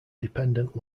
dependent